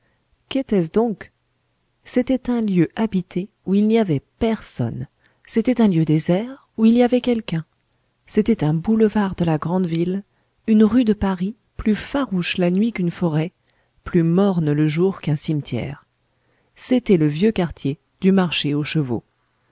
qu'était-ce donc c'était un lieu habité où il n'y avait personne c'était un lieu désert où il y avait quelqu'un c'était un boulevard de la grande ville une rue de paris plus farouche la nuit qu'une forêt plus morne le jour qu'un cimetière c'était le vieux quartier du marché aux chevaux